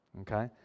Okay